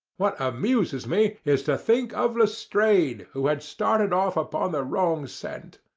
what amuses me is to think of lestrade, who had started off upon the wrong scent.